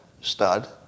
Stud